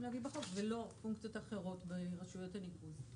ולא פונקציות אחרות ברשויות הניקוז.